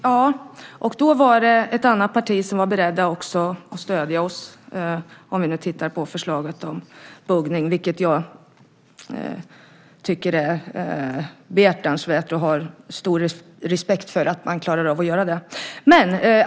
Fru talman! Ja, det var ett annat parti som var berett att stödja oss om vi tittar på förslaget om buggning. Jag tycker att det är behjärtansvärt och har stor respekt för att man klarar av att göra det.